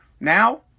Now